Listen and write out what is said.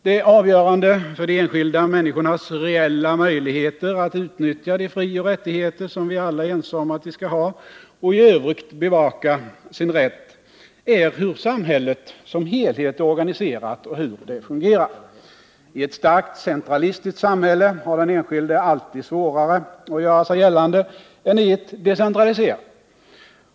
Det avgörande för de enskilda människornas reella möjligheter att utnyttja de frioch rättigheter, som vi alla är ense om att de skall ha, och att i övrigt bevaka sin rätt är, hur samhället som helhet är organiserat och hur det fungerar. I ett starkt centralistiskt samhälle har den enskilde alltid svårare att göra sig gällande än i ett decentraliserat.